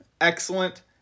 excellent